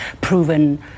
proven